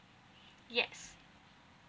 yes